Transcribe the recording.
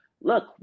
look